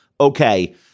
okay